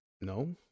No